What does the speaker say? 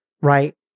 right